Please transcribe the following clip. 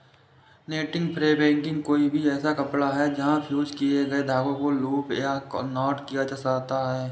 netting fabric कोई भी ऐसा कपड़ा है जहाँ फ़्यूज़ किए गए धागों को लूप या नॉट किया जाता है